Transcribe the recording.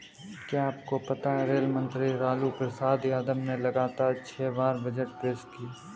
क्या आपको पता है रेल मंत्री लालू प्रसाद यादव ने लगातार छह बार बजट पेश किया?